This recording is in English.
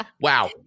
Wow